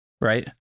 right